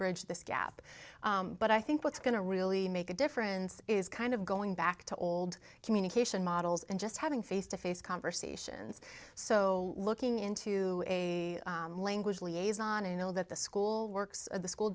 bridge this gap but i think what's going to really make a difference is kind of going back to old communication models and just having face to face conversations so looking into a language liaison to know that the school works at the school